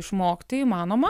išmokti įmanoma